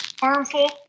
harmful